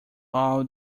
all